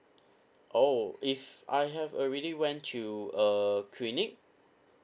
oh if I have already went to a clinic